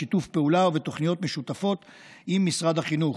בשיתוף פעולה ובתוכניות משותפות עם משרד החינוך,